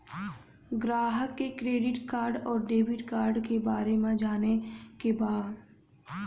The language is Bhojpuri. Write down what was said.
ग्राहक के क्रेडिट कार्ड और डेविड कार्ड के बारे में जाने के बा?